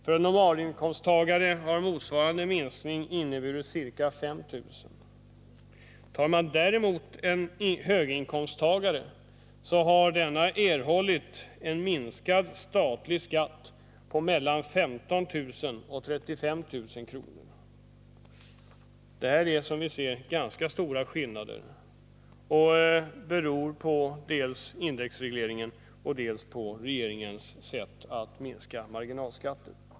För en normalinkomsttagare har motsvarande minskning varit ca 5 000 kr. Tar man däremot en höginkomsttagare, har denne erhållit en minskad statlig skatt på mellan 15 000 och 35 000 kr. Det är som vi ser ganska stora skillnader. Och det beror dels på indexregleringen, dels på regeringens sätt att minska marginalskatten.